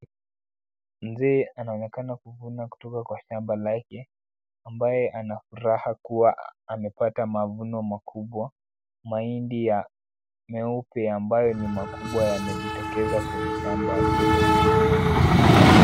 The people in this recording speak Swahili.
Mzee anaonekana kuvuna kutoka kwa shamba lake, ambaye ana furaha kuwa amepata mavuno makubwa. Mahindi ya meupe ambayo ni makubwa yamejitokeza kwenye shamba hilo.